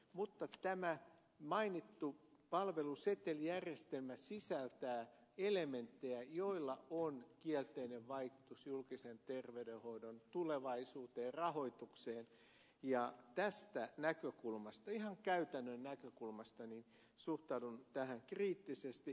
mutta tämä mainittu palvelusetelijärjestelmä sisältää elementtejä joilla on kielteinen vaikutus julkisen terveydenhoidon tulevaisuuteen ja rahoitukseen ja tästä näkökulmasta ihan käytännön näkökulmasta suhtaudun tähän kriittisesti